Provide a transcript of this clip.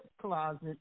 closet